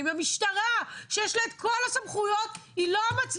עם המשטרה, שיש לה את כל הסמכויות, היא לא מצליחה.